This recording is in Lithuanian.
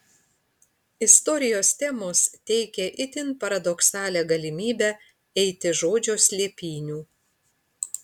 istorijos temos teikė itin paradoksalią galimybę eiti žodžio slėpynių